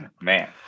Man